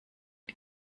die